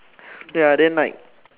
ya then like